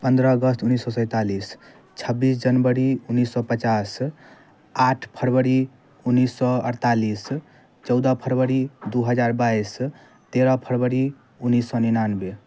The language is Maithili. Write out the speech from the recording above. पनरह अगस्त उनैस सओ सैँतालिस छब्बीस जनवरी उनैस सओ पचास आठ फरवरी उनैस सओ अड़तालिस चौदह फरवरी दुइ हजार बाइस तेरह फरवरी उनैस सओ निनानवे